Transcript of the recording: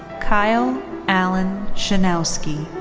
kyle alan chrzanowski.